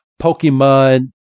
Pokemon